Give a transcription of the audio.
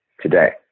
today